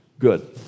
Good